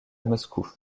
moscou